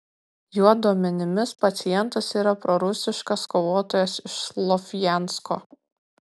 jo duomenimis pacientas yra prorusiškas kovotojas iš slovjansko